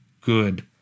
good